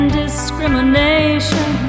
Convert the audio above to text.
discrimination